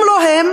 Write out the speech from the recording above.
אם לא הם,